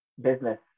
business